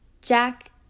Jack